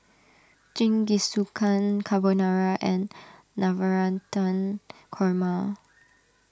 Jingisukan Carbonara and Navratan Korma